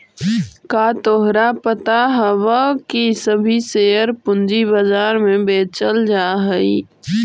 का तोहरा पता हवअ की सभी शेयर पूंजी बाजार में बेचल जा हई